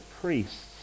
priests